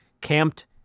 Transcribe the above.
Camped